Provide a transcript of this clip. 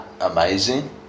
amazing